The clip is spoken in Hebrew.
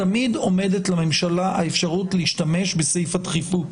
תמיד עומדת לממשלה האפשרות להשתמש בסעיף הדחיפות.